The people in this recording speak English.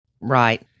Right